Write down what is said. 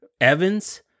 Evans